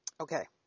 Okay